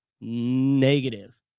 negative